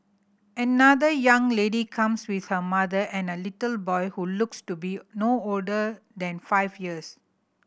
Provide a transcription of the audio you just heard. another young lady comes with her mother and a little boy who looks to be no older than five years